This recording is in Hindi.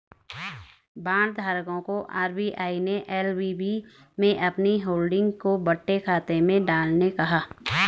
बांड धारकों को आर.बी.आई ने एल.वी.बी में अपनी होल्डिंग को बट्टे खाते में डालने कहा